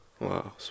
Wow